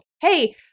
hey